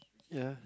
ya